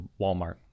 Walmart